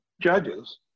judges